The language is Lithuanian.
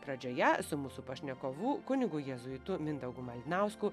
pradžioje su mūsų pašnekovu kunigu jėzuitu mindaugu malinausku